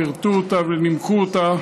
פירטו אותה ונימקו אותה,